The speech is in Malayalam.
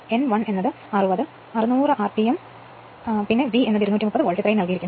n 1 ന് 60 600 rpm ഉം V 230 volt ഉം നൽകിയിരിക്കുന്നു